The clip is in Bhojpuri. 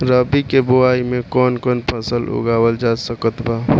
रबी के बोआई मे कौन कौन फसल उगावल जा सकत बा?